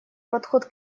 подход